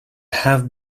have